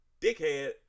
dickhead